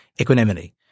equanimity